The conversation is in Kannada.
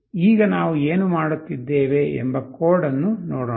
ಈಗ ನಾವು ಏನು ಮಾಡುತ್ತಿದ್ದೇವೆ ಎಂಬ ಕೋಡ್ ಅನ್ನು ನೋಡೋಣ